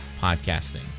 podcasting